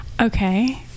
Okay